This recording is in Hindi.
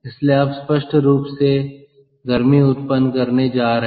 इसलिए आप स्पष्ट रूप से गर्मी उत्पन्न करने जा रहे हैं